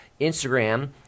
Instagram